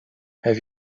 have